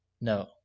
No